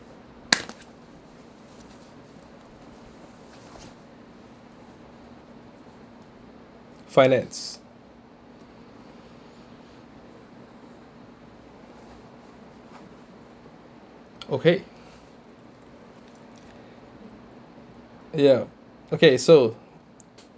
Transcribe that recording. finance okay ya okay so